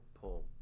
pull